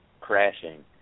crashing